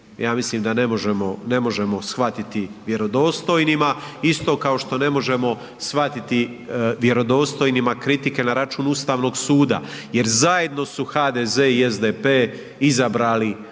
ja mislim da ne možemo shvatiti vjerodostojnima, isto kao što ne možemo shvatiti vjerodostojnima kritike na račun Ustavnog suda jer zajedno su HDZ i SDP izabrali u